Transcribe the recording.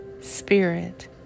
Spirit